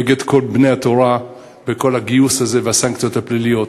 נגד כל בני התורה בכל הגיוס הזה ובסנקציות הפליליות.